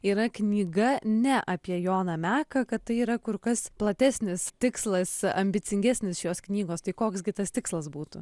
yra knyga ne apie joną meką kad tai yra kur kas platesnis tikslas ambicingesnis jos knygos tai koks gi tas tikslas būtų